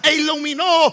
iluminó